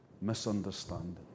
misunderstanding